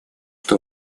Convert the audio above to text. это